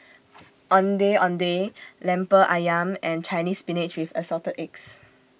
Ondeh Ondeh Lemper Ayam and Chinese Spinach with Assorted Eggs